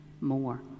more